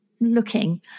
looking